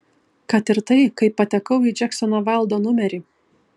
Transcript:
kad ir tai kaip patekau į džeksono vaildo numerį